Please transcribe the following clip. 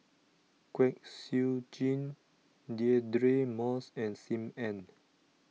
Kwek Siew Jin Deirdre Moss and Sim Ann